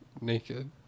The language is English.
naked